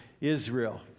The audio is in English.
Israel